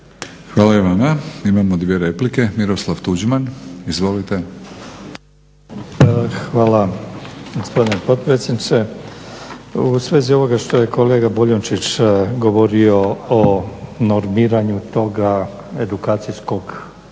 Hvala i vama. Imamo dvije replike. Miroslav Tuđman, izvolite. **Tuđman, Miroslav (HDZ)** Hvala gospodine potpredsjedniče. U svezi ovoga što je kolega Boljunčić govorio o normiranju toga edukacijskog programa,